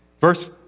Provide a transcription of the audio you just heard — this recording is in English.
Verse